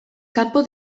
kanpo